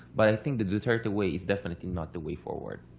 but i think the duterte way is definitely not the way forward.